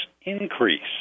increase